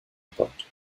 gebaut